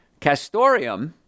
Castorium